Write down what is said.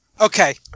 okay